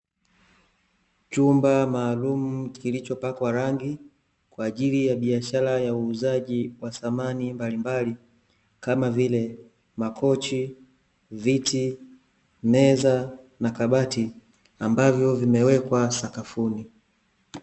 Chumba maalumu kilichopakwa rangi, kwaajili ya biashara ya uuzaji wa samani mbalimbali kama vile, makochi, viti, meza, na kabati ambavyo vimewekwa sakafuni.